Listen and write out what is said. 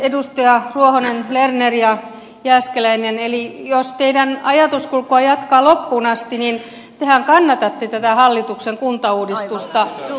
edustajat ruohonen lerner ja jääskeläinen jos teidän ajatuskulkuanne jatkaa loppuun asti niin tehän kannatatte tätä hallituksen kuntauudistusta